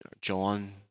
John